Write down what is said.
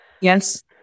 Yes